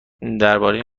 درباره